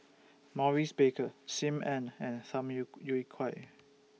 Maurice Baker SIM Ann and Tham Yu Yui Kai